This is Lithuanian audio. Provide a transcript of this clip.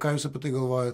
ką jūs apie tai galvojat